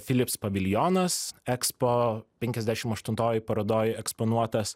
philips paviljonas ekspo penkiasdešimt aštuntoj parodoj eksponuotas